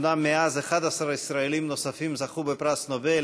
אומנם מאז 11 ישראלים נוספים זכו בפרס נובל,